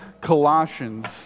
Colossians